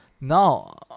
Now